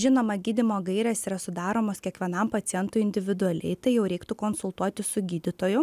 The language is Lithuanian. žinoma gydymo gairės yra sudaromos kiekvienam pacientui individualiai tai jau reiktų konsultuotis su gydytoju